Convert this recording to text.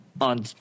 on